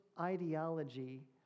ideology